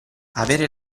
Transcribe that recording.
avere